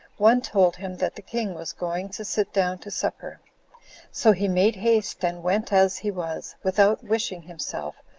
one told him that the king was going to sit down to supper so he made haste, and went as he was, without wishing himself,